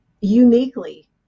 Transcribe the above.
Uniquely